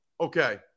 okay